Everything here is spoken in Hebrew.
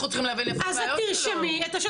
אז את תרשמי את השאלות,